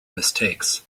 mistakes